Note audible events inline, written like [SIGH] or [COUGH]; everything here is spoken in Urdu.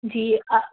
جی [UNINTELLIGIBLE]